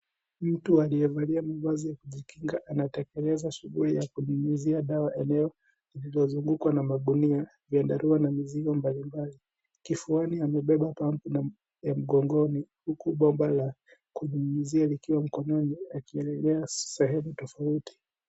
Mtu aliyevalia mavazi ya kujikinga anatekeleza shughuli yakekunyunyuzia dawa eneo lililozungukwa na magunia iliyona mizigo mbalimbal, kifuani amebeba pump(cs) la mgongoni huku gomba la kunyunizia ikiwa mgongoni akiekea sehemu tofauti.